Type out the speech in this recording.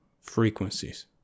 frequencies